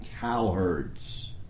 cowherds